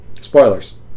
Spoilers